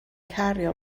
cario